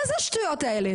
מה זה השטויות האלה?